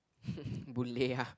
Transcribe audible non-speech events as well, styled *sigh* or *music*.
*laughs* Boon-Lay ah